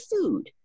food